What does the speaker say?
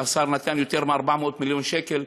שהשר נתן יותר מ-400 מיליון שקל,